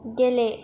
गेले